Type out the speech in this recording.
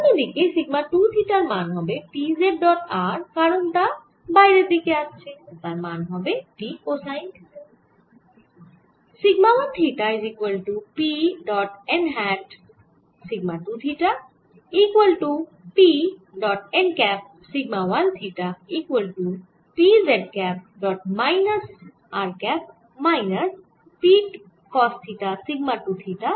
অন্য দিকে সিগমা 2 থিটার মান হবে P z ডট r কারণ তা বিয়ারের দিকে আসছে ও তার মান হবে P কোসাইন থিটা